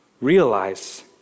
realize